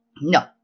No